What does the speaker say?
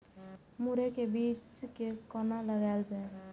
मुरे के बीज कै कोना लगायल जाय?